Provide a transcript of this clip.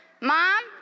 Mom